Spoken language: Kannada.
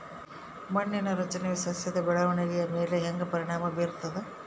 ಮಣ್ಣಿನ ರಚನೆಯು ಸಸ್ಯದ ಬೆಳವಣಿಗೆಯ ಮೇಲೆ ಹೆಂಗ ಪರಿಣಾಮ ಬೇರ್ತದ?